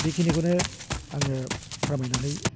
बेखिनिखौनो आङो फोरमायनानै